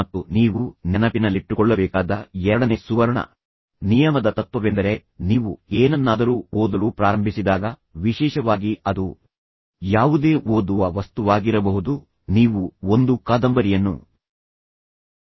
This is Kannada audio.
ಮತ್ತು ನೀವು ನೆನಪಿನಲ್ಲಿಟ್ಟುಕೊಳ್ಳಬೇಕಾದ ಎರಡನೇ ಸುವರ್ಣ ನಿಯಮದ ತತ್ವವೆಂದರೆ ನೀವು ಏನನ್ನಾದರೂ ಓದಲು ಪ್ರಾರಂಭಿಸಿದಾಗ ವಿಶೇಷವಾಗಿ ಅದು ಯಾವುದೇ ಓದುವ ವಸ್ತುವಾಗಿರಬಹುದು ಅದು ಪತ್ರಿಕೆಯಾಗಿರಬಹುದು ಅಥವಾ ಈ ವಿಷಯವು ಅದನ್ನು ಪೂರ್ಣಗೊಳಿಸಬಹುದು